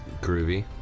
Groovy